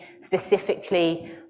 specifically